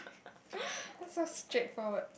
so straight forward